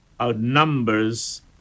outnumbers